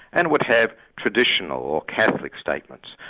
and would have traditional catholic statements.